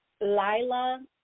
Lila